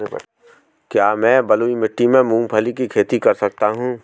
क्या मैं बलुई मिट्टी में मूंगफली की खेती कर सकता हूँ?